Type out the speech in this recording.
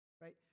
Right